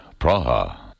Praha